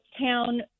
town